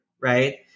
right